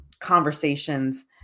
conversations